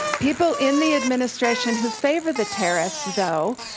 people in the administration who favor the tariffs, though,